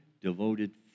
devoted